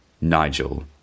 Nigel